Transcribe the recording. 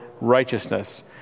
righteousness